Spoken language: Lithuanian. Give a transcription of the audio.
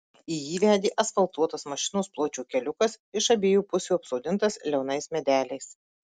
į jį vedė asfaltuotas mašinos pločio keliukas iš abiejų pusių apsodintas liaunais medeliais